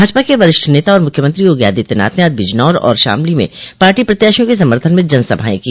भाजपा के वरिष्ठ नेता और मुख्यमंत्री योगो आदित्यनाथ ने आज बिजनौर और शामली में पार्टी प्रत्याशियों के समर्थन में जनसभाएं की